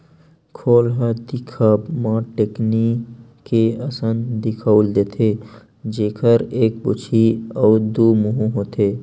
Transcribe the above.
खोल ह दिखब म टेकनी के असन दिखउल देथे, जेखर एक पूछी अउ दू मुहूँ होथे